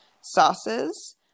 sauces